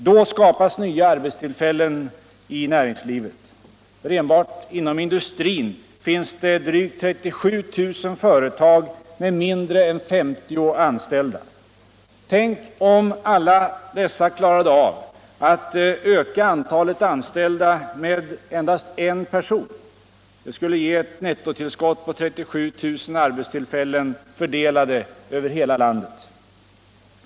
Då skapas nya arbetsullfällen i näringslivet. För enbart inom industrin finns det drygt 37 000 företag med mindre än 50 anställda. Tänk om alla dessa klarade av att öka antalet anställda med endast en person! Det skulle ge ett netotillskott på 37 000 arbetstuillfällen fördelade över hela landet.